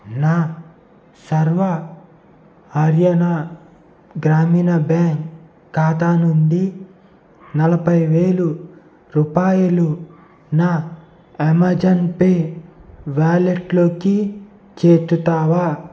నా సర్వ హార్యనా గ్రామీణ బ్యాంక్ ఖాతా నుండి నలభై వేలు రూపాయలు నా అమెజాన్ పే వ్యాలెట్లోకి చేర్చుతావా